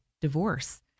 divorce